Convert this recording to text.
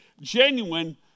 genuine